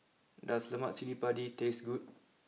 does Lemak Cili Padi taste good